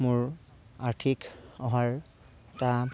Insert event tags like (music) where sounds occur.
মোৰ আৰ্থিক অহাৰ (unintelligible)